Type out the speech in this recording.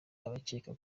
abakeka